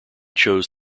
chose